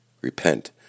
repent